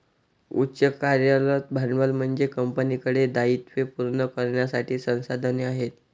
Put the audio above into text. उच्च कार्यरत भांडवल म्हणजे कंपनीकडे दायित्वे पूर्ण करण्यासाठी संसाधने आहेत